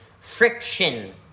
friction